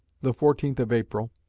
the fourteenth of april,